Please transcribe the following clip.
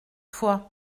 fois